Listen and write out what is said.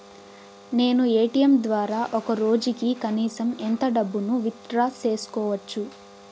నేను ఎ.టి.ఎం ద్వారా ఒక రోజుకి కనీసం ఎంత డబ్బును విత్ డ్రా సేసుకోవచ్చు?